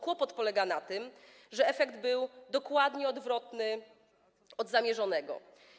Kłopot polega na tym, że efekt był dokładnie odwrotny do zamierzonego.